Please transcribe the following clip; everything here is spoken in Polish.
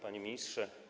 Panie Ministrze!